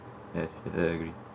yes I agree